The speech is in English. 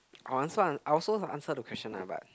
I want I also answer the question ah but